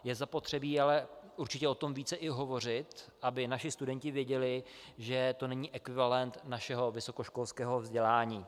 Je zapotřebí ale určitě o tom více i hovořit, aby naši studenti věděli, že to není ekvivalent našeho vysokoškolského vzdělání.